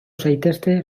zaitezte